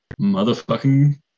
motherfucking